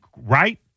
right